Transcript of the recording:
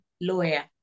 lawyer